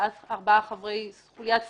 ארבעה חברי חוליית סילוואן,